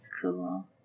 cool